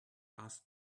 asked